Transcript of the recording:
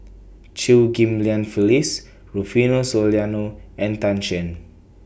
Chew Ghim Lian Phyllis Rufino Soliano and Tan Shen